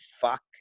fuck